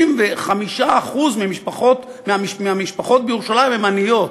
35% מהמשפחות בירושלים הן עניות,